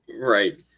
right